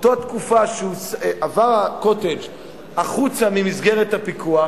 באותה תקופה שה"קוטג'" הוצא ממסגרת הפיקוח,